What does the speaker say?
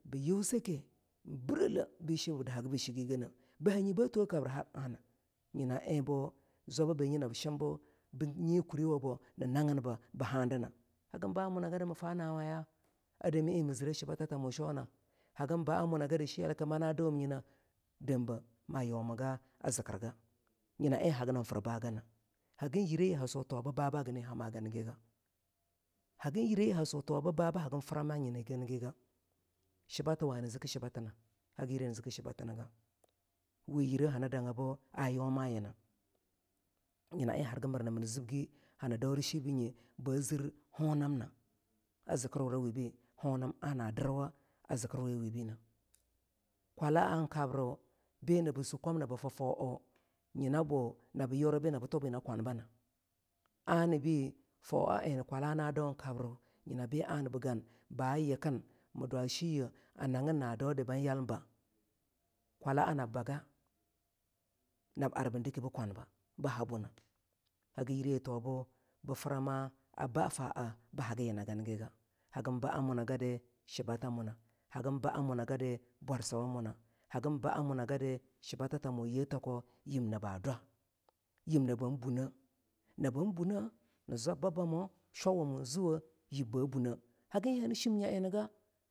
buh yuh sake biele be shibe bi dahaga bi shigi gane nyina en bu zwaba banye nab shimbu nyi kuriwabo nii nagibba bii hadina hagin baa munagadi mi fanawayo a dami en mii zire shibatatamu shana hagin abb muna gadi shiyalakida na dawum nye nadambe ma yuramaga zikir gana nyina en hagi nam fir baa gana hagin yirayi haswo tuwa bii baa gine hamaganiga hagin yireyi haswo tuwo bii baa hagin frama nyi ga nigeh shibata wa nii ziki shibati na hagin yireyi hani ziki shibatini ga we yire hani anga bu a yawama yina en hargi mirna mirzibgi hani dauri shibinyi ba zir honamna a zikiriwurawibe honam ana dirwa a zikirwarawibinekwala an kabra bi naba sukwam nab fii faa nyina bo nab yuribi nab tu bii nyina bu kwan bana ana bii faa en kwalana daun kabra nyina be ana bii gan ba yikin mii dwa shiya a naginna dau da ban yal baa kwataa nab bago nab arbin dike bi kwanba bi habuna ha gin yireyi tuwabu bii framo baa faa bii hagi yina giniga hagin baa muna gadi shibata muna hagan baa muna gadi shibatatamo ge tako yib nabo dwo yib nabam buneh nabam bune zwabbabamo shwawamo zuwoh yib ba buneh haginyi nii shim nga ennigah.